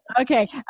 okay